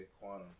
quantum